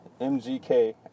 MGK